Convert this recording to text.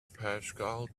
paschal